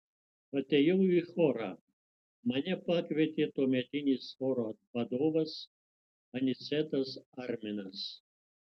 atėjau į chorą mane pakvietė tuometinis choro vadovas anicetas arminas